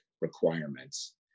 requirements